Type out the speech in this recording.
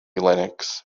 lennox